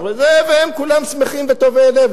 והם כולם שמחים וטובי-לב,